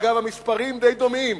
אגב, המספרים די דומים.